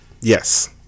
Yes